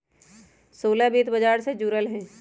सोहेल वित्त व्यापार से जुरल हए